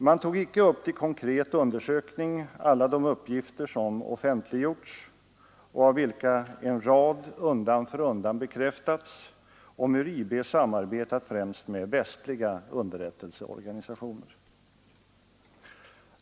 Man tog icke upp till konkret undersökning alla de uppgifter som offentliggjorts och av vilka en rad undan för undan bekräftats om hur IB samarbetat främst med västliga underrättelseorganisationer.